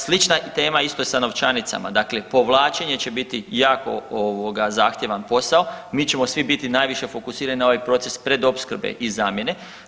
Slična je tema isto i sa novčanicama, dakle povlačenje će biti jako ovoga zahtjevan posao, mi ćemo svi biti najviše fokusirani na ovaj proces predopskrbe i zamjene.